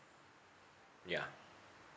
yeah